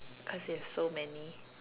cause you have so many